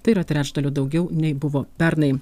tai yra trečdaliu daugiau nei buvo pernai